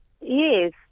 Yes